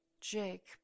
Jake